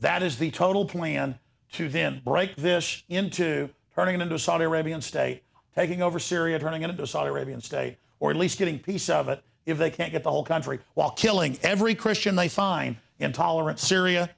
that is the total plan to then break this into turning into a saudi arabian state taking over syria turning it into saudi arabian stay or at least getting piece of it if they can get the whole country while killing every christian they find intolerant syria